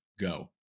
go